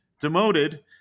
demoted